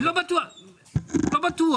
לא בטוח.